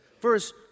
First